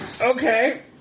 Okay